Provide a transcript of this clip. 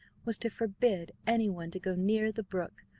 was to forbid anyone to go near the brook,